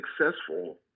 successful